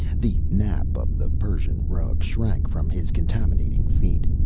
the nap of the persian rug shrank from his contaminating feet.